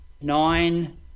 nine